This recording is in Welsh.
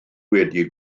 wedi